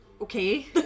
Okay